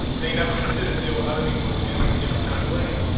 they never considered there were other people who were feeling a different kind of way